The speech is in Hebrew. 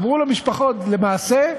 אמרו למשפחות, למעשה,